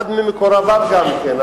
אחד ממקורביו גם כן.